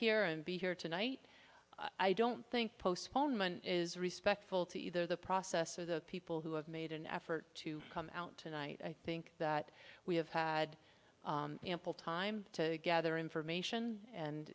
here and be here tonight i don't think postponement is respectful to either the process or the people who have made an effort to come out tonight i think that we have had ample time to gather information and